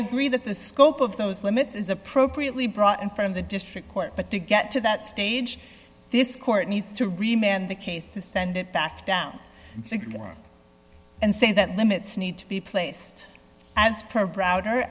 agree that the scope of those limits is appropriately brought in from the district court but to get to that stage this court needs to remain on the case to send it back down and say that limits need to be placed as per browder